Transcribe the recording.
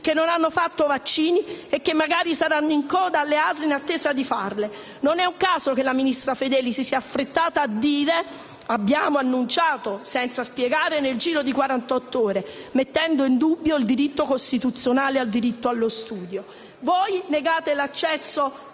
che non hanno fatto vaccini e che magari saranno in coda alle ASL in attesa di farli. Non è un caso che la ministra Fedeli si sia affrettata a dire «abbiamo annunciato», senza spiegare nel giro di quarantotto ore, mettendo in dubbio il diritto costituzionale al diritto allo studio. Negate l'accesso